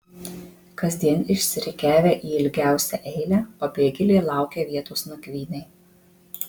kasdien išsirikiavę į ilgiausią eilę pabėgėliai laukia vietos nakvynei